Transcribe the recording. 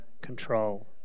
control